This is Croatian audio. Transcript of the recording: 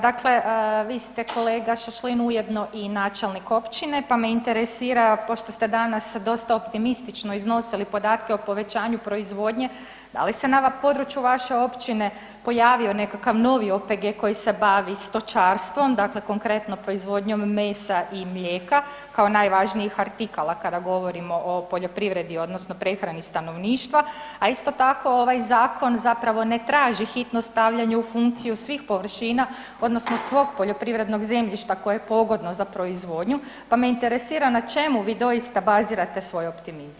Dakle, vi ste kolega Šašlin ujedno i načelnik općine pa me interesira pošto ste danas dosta optimistično iznosili podatke o povećanju proizvodnje da li se na području vaše općine pojavio neki novi OPG koji se bavi stočarstvom, dakle konkretno proizvodnjom mesa i mlijeka kao najvažnijih artikala kada govorimo o poljoprivredni odnosno prehrani stanovništva, a isto tako ovaj zakon zapravo ne traži hitno stavljanje u funkciju svih površina odnosno svog poljoprivrednog zemljišta koje je pogodno za proizvodnju, pa me interesira na čemu vi doista bazirate svoj optimizam.